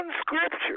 scripture